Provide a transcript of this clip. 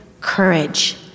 courage